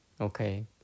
Okay